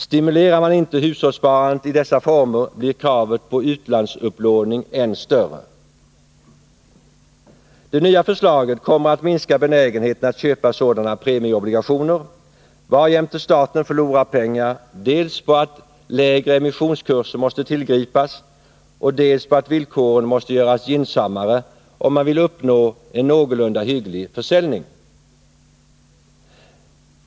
Stimulerar man inte hushållssparandet i dessa former, blir kravet på utlandsupplåningen ännu större. Det nya förslaget kommer att minska benägenheten att köpa sådana premieobligationer, varjämte staten förlorar pengar dels på att lägre emissionskurser måste tillgripas, dels på att villkoren måste göras gynnsammare, om man vill uppnå en någorlunda hygglig försäljning.